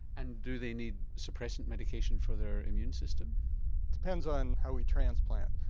and do they need suppressant medication for their immune system? it depends on how we transplant.